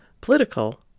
political